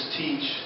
teach